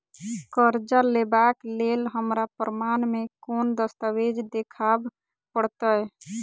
करजा लेबाक लेल हमरा प्रमाण मेँ कोन दस्तावेज देखाबऽ पड़तै?